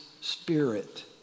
spirit